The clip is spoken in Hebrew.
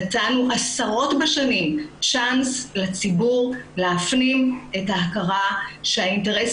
נתנו עשרות בשנים צ'אנס לציבור להפנים את ההכרה שהאינטרס